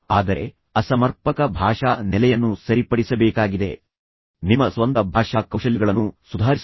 ಆದರೆ ಅಸಮರ್ಪಕ ಭಾಷಾ ನೆಲೆಯನ್ನು ಸರಿಪಡಿಸಬೇಕಾಗಿದೆ ನಿಮ್ಮ ಸ್ವಂತ ಭಾಷಾ ಕೌಶಲ್ಯಗಳನ್ನು ಸುಧಾರಿಸುವುದು